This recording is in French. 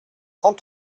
trente